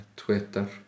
Twitter